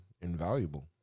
invaluable